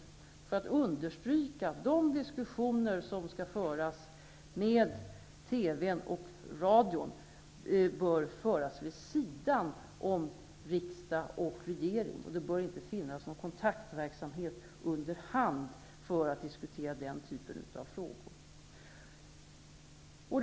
Regeringen vill med detta understryka att de diskussioner som skall föras med TV-bolaget och radion skall föras vid sidan av riksdag och regering. Det bör inte finnas någon undershandskontakt för att diskutera denna typ av frågor.